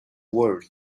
world